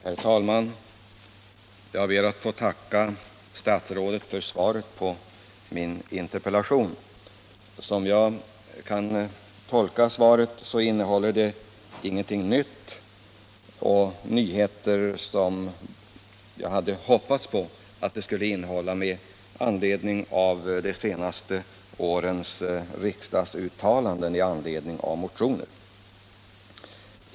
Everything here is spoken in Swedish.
Herr talman! Jag ber att få tacka statsrådet för svaret på min interpellation. Som jag tolkar svaret innehåller det ingenting nytt, inga nyheter som jag hade hoppats på med anledning av de senaste årens riksdagsuttalanden angående postservicen.